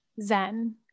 Zen